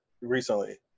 recently